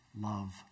love